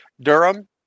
Durham